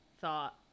thought